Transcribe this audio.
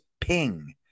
ping